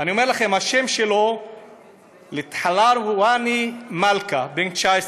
אני אומר לכם, השם שלו תחלואיני מלקה, בן 19,